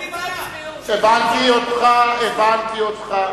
ההצעה הבאה היא צו המסים.